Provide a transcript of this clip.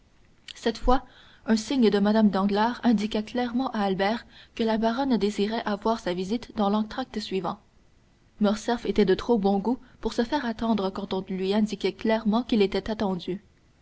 cette fois un signe de mme danglars indiqua clairement à albert que la baronne désirait avoir sa visite dans l'entracte suivant morcerf était de trop bon goût pour se faire attendre quand on lui indiquait clairement qu'il était attendu